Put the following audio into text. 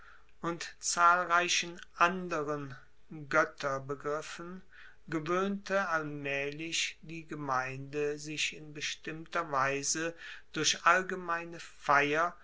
und zahlreichen anderen goetterbegriffen gewoehnte allmaehlich die gemeinde sich in bestimmter weise durch allgemeine feier